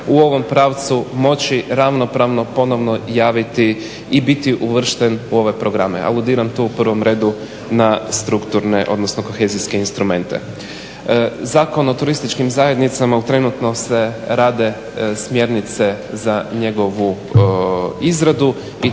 u ovom pravcu moći ravnopravno ponovno javiti i biti uvršten u ove programe. Aludiram tu u prvom redu na strukturne, odnosno kohezijske instrumente. Zakon o turističkim zajednicama, trenutno se rade smjernice za njegovu izradu